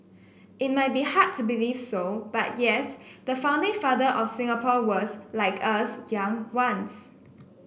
it might be hard to believe so but yes the founding father of Singapore was like us young once